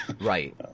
right